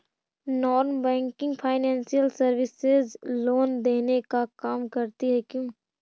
Non banking financial services loan देने का काम करती है क्यू?